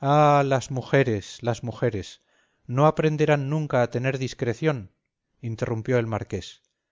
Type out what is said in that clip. ah las mujeres las mujeres no aprenderán nunca a tener discreción interrumpió el marqués